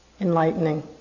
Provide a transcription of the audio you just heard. enlightening